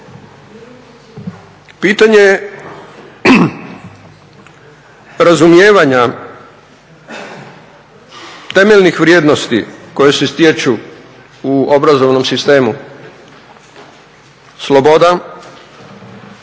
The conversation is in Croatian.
Pitanje je razumijevanja temeljnih vrijednosti koje se stječu u obrazovnom sistemu: sloboda,